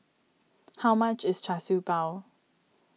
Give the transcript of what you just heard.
how much is Char Siew Bao